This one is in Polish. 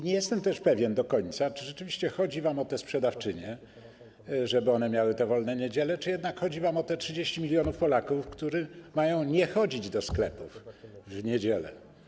Nie jestem też pewien do końca, czy rzeczywiście chodzi wam o sprzedawczynie i o to, żeby one miały wolne niedziele, czy jednak chodzi wam o tych 30 mln Polaków, którzy mają nie chodzić do sklepów w niedziele.